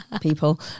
people